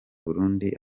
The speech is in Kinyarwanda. burundi